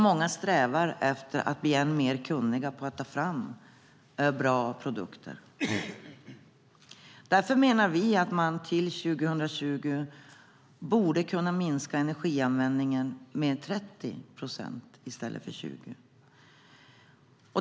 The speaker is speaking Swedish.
Många strävar efter att bli mer kunniga på att ta fram bra produkter. Därför menar vi att man till 2020 borde kunna minska energianvändningen med 30 procent i stället för 20.